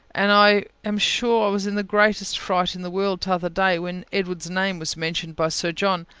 and i am sure i was in the greatest fright in the world t'other day, when edward's name was mentioned by sir john,